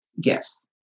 gifts